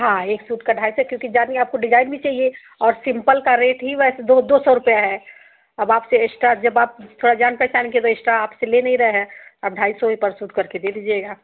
हाँ एक सूट का ढाई सौ क्योंकि ज़्यादा आपको डिजाइन भी चाहिए और सिंपल का रेट ही वैसे दो दो सौ रुपया है अब आपसे एक्स्ट्रा जब आप थोड़ा जान पहचान के हैं तो एक्स्ट्रा आपसे ले नहीं रहे हैं आप ढाई सौ ही पर सूट करके दे दीजिएगा